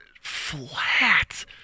flat